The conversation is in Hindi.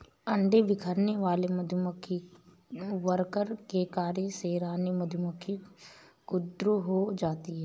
अंडे बिखेरने वाले मधुमक्खी वर्कर के कार्य से रानी मधुमक्खी क्रुद्ध हो जाती है